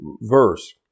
verse